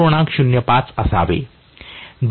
05 असावे